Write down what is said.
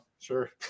Sure